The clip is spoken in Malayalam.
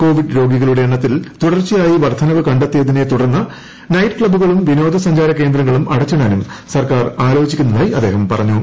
കോവിഡ് രോഗികളുടെ എണ്ണത്തിൽ തുടർച്ചയായി വർദ്ധനവ് കണ്ടെത്തിയതിനെ തുടർന്ന് നൈറ്റ് ക്ലബുകളും വിനോദ സഞ്ചാര കേന്ദ്രങ്ങളും അടച്ചിടാനും സർക്കാർ ആലോചിക്കുന്നതായി അദ്ദേഹം പറഞ്ഞു